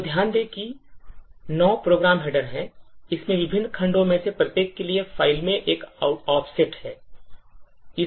तो ध्यान दें कि 9 प्रोग्राम हेडर हैं इसमें विभिन्न खंडों में से प्रत्येक के लिए फ़ाइल में एक ऑफसेट है